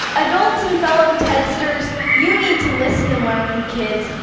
adults and fellow tedsters, you need to listen and learn from kids,